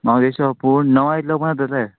म्हागे शोप णवा इतल्या ओपन जात रे